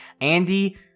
andy